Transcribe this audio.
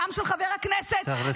גם של חבר הכנסת -- צריך לסיים,